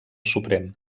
suprem